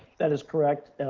that is correct.